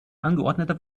angeordnete